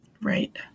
Right